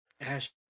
Ash